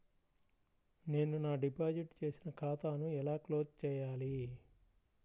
నేను నా డిపాజిట్ చేసిన ఖాతాను ఎలా క్లోజ్ చేయాలి?